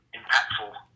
impactful